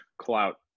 clout